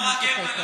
המורה גרמן,